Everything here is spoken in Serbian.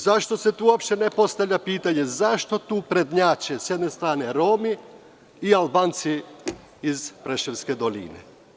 Zašto se tu uopšte ne postavlja pitanje, zašto tu prednjače sa jedne strane Romi i Albanci iz Preševske doline?